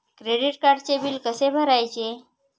Credit कार्डचे bill कसे भरायचे?